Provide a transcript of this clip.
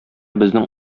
безнең